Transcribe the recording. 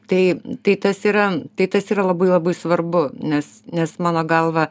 tai tai tas yra tai tas yra labai labai svarbu nes nes mano galva